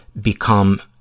become